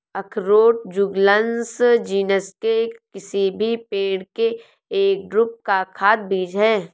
अखरोट Juglans genus के किसी भी पेड़ के एक ड्रूप का खाद्य बीज है